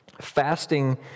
Fasting